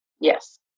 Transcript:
yes